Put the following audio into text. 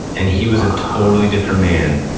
and he was a totally different man.